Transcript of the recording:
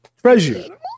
Treasure